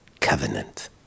covenant